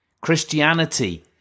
Christianity